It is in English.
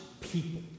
people